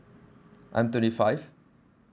I'm twenty five